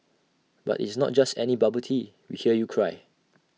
but it's not just any bubble tea we hear you cry